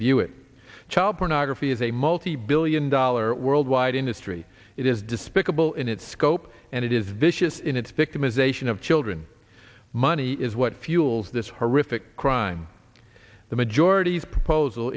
view it child pornography is a multibillion dollar worldwide industry it is despicable in its scope and it is vicious in its victimization of children money is what fuels this horrific crime the majority's proposal